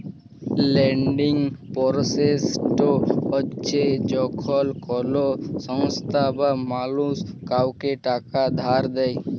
lending process হছে যখল কল সংস্থা বা মালুস কাউকে টাকা ধার দেঁই